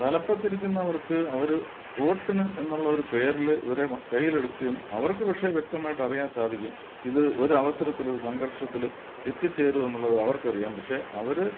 തലപ്പത്തിരിക്കുന്നവർക്ക് അവര് വോട്ടിന് എന്നുള്ള ഒരു പേരില് ഇവരെ കൈയിലെടുക്കുകയും അവർക്ക് പക്ഷേ വ്യക്തമായിട്ട് അറിയാന് സാധിക്കും ഇത് ഒരു അവസരത്തില് ഒരു സംഘർഷത്തില് എത്തിച്ചേരുമെന്നുള്ളത് അവര്ക്ക് അറിയാം പക്ഷെ അവര്